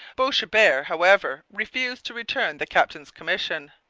boishebert, however, refused to return the captain's commission.